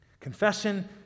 Confession